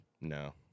No